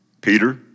Peter